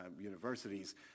universities